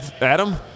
Adam